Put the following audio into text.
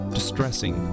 distressing